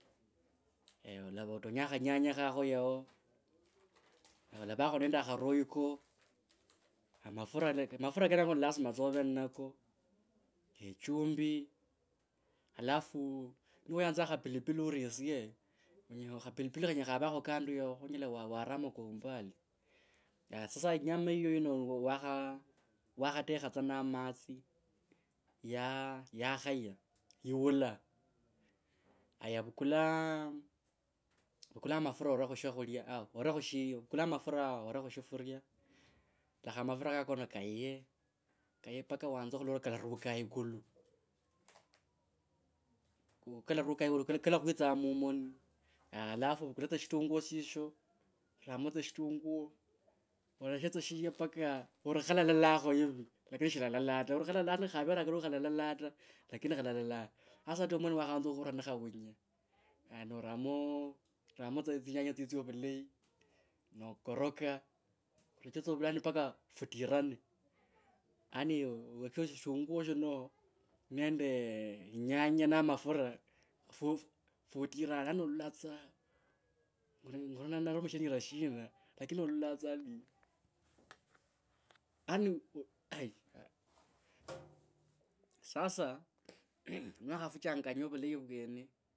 olava otonya khanyanya khakho yahoo, olavakho nende kha royco a mafura amafura kenako lasima tsa ove nako e chumbi, alafu niwayanza khapilipili ori yisye onyi khapilipili khanyela khavakha kando yao, no nyela waramo kwa umbali. Harya sasa yinyama yiyo yino wakha wakhatekha tsa na matsi ya yakhaya yiula, haiya vukula, vukula amatura ore khu shakhulya aah ore khushiyo vukua amatura ore khushifuria lakha a mafura kaka kaye, kaye mpka wanze khulola kalaruka ikulu kalakhwitsa mumoni, na alafu vukula tsa shitunguo shisho, ramo tsa shitunguo oleshe tsa shiye mpaka ori khalalelakho hivi lakini shilalala ta orii khalala, khavere akari khalalela ta. Lakini khalalalanga has ahata mwene wakhaanza khuvra ni khaunya haiya noramo noramo tsa tsinyanya tsitsyo vulayi, nokoraka, okoroche tsa vulayi mpaka futirane. Yaani shitunguo shino nende inyanya na mafura futirane yaani olalola tsa ngorwa narumishira lira shina lakini olalola tsa, yaani aah sasa niwakha fuchanganya vulayi vwene.